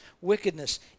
wickedness